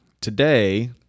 Today